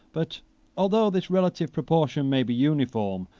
but although this relative proportion may be uniform,